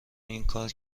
اینکار